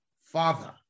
father